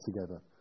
together